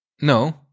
No